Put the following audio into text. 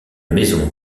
maison